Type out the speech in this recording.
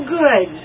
good